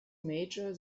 major